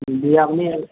দিয়ে আপনি